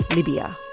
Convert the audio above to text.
libya.